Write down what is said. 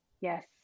Yes